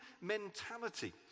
mentality